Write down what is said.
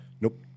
Nope